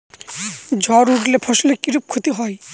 ঝড় উঠলে ফসলের কিরূপ ক্ষতি হয়?